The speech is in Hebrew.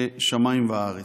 שמיים וארץ.